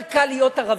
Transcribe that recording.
יותר קל להיות ערבי.